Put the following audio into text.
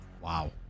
Wow